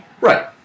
right